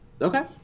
Okay